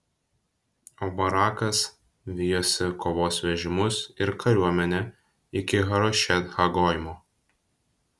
o barakas vijosi kovos vežimus ir kariuomenę iki harošet ha goimo